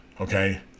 Okay